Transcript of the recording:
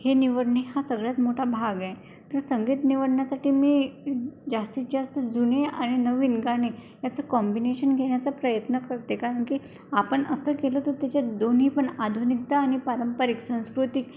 हे निवडणे हा सगळ्यात मोठा भाग आहे तर संगीत निवडण्यासाठी मी जास्तीत जास्त जुने आणि नवीन गाणे याचं कॉम्बिनेशन घेण्याचा प्रयत्न करते कारण की आपण असं केलं तर त्याच्यात दोन्ही पण आधुनिकता आणि पारंपरिक सांस्कृतिक